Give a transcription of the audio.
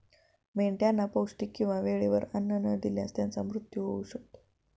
मेंढ्यांना पौष्टिक किंवा वेळेवर अन्न न दिल्यास त्यांचा मृत्यू होऊ शकतो